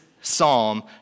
psalm